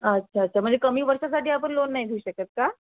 अच्छा अच्छा म्हणजे कमी वर्षासाठी आपण लोन नाही घेऊ शकत का